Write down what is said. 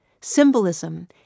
symbolism